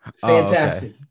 Fantastic